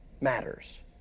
matters